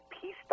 peace